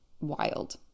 wild